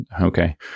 Okay